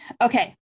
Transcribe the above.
Okay